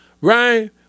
right